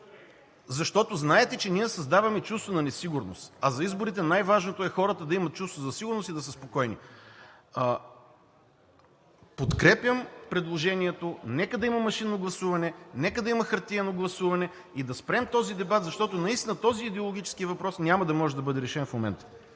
Защото знаете, че ние създаваме чувство на несигурност, а за изборите най-важното е хората да имат чувство за сигурност и да са спокойни. Подкрепям предложението. Нека да има машинно гласуване, нека да има хартиено гласуване и да спрем този дебат, защото наистина този идеологически въпрос няма да може да бъде решен в момента.